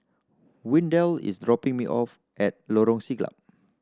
Windell is dropping me off at Lorong Siglap